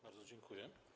Bardzo dziękuję.